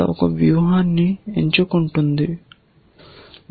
నేను కొన్ని leaf L ని ఎంచుకుంటే ఇది లీఫ్ L అని చెప్పండి అది పట్టింపు లేదు